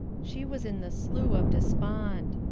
she was in the slough of despond.